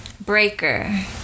Breaker